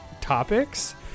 topics